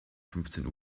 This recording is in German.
fünfzehn